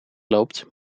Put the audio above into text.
loopt